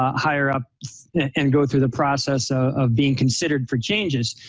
higher up and go through the process ah of being considered for changes.